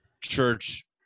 church